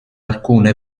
alcune